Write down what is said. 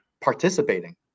participating